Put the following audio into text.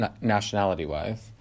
nationality-wise